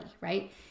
right